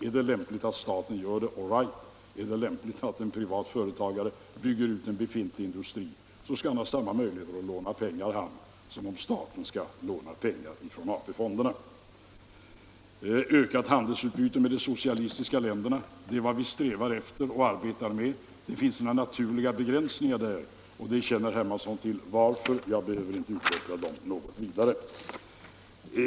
Är det lämpligt att staten bygger ut, all right. Är det lämpligt att en privat företagare bygger ut en befintlig industri, så skall han ha samma möjligheter att låna pengar ur AP-fonderna som staten. Ökat handelsutbyte med de socialistiska länderna, det är vad vi strävar efter och arbetar med. Men det finns vissa naturliga begränsningar där, och herr Hermansson känner till varför, jag behöver inte utveckla dem vidare.